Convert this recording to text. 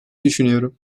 düşünüyorum